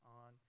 on